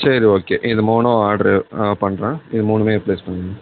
சரி ஓகே இது மூணும் ஆர்ட்ரு பண்ணுறேன் இது மூணுமே ப்ளேஸ் பண்ணிவிடுங்க